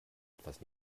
etwas